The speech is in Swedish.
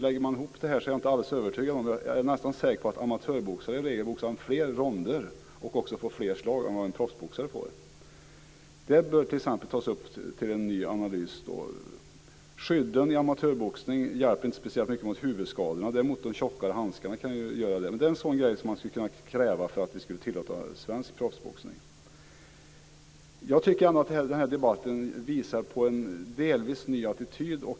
Lägger man ihop det är jag nästan säker på att en amatörboxare i regel boxar fler ronder och också får fler slag än en proffsboxare. Det bör t.ex. tas upp till en ny analys. Skydden i amatörboxning hjälper inte speciellt mycket mot huvudskadorna, däremot kan tjockare handskar göra det. Det är en sådan grej som man skulle kunna kräva för att vi ska tillåta svensk proffsboxning. Jag tycker att den här debatten visar på en delvis ny attityd.